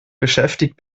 beschäftigt